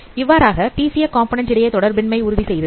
இவ்வாறாக PCA component இடையே தொடர்பின்மை உறுதி செய்தது